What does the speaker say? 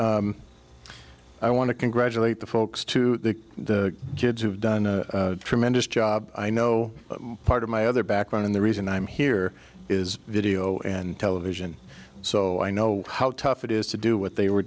and i want to congratulate the folks to the kids who have done a tremendous job i know part of my other background and the reason i'm here is video and television so i know how tough it is to do what they were